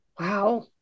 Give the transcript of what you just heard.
Wow